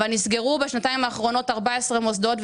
אבל נסגרו בשנתיים האחרונות 14 מוסדות,